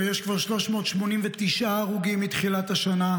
יש כבר 389 הרוגים מתחילת השנה,